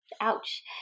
Ouch